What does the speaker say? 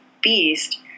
beast